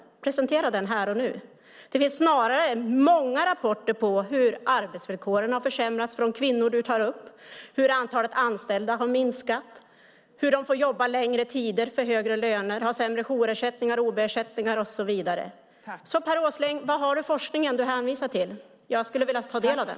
Presentera den här och nu! Det finns snarare många rapporter om hur arbetsvillkoren har försämrats för de kvinnor du tar upp, hur antalet anställda har minskat, hur de får jobba längre tider för sämre löner och har sämre jourersättningar, sämre ob-ersättningar och så vidare. Per Åsling, var finns den forskning du hänvisar till? Jag skulle vilja ta del av den.